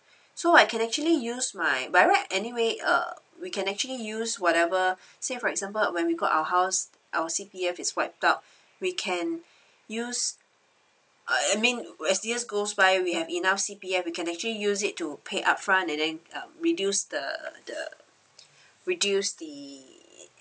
so I can actually use my by right anyway uh we can actually use whatever say for example when we got our house our C_P_F is wiped out we can use I mean as years goes by we have enough C_P_F we can actually use it to pay upfront and then uh reduce the the reduce the